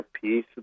piece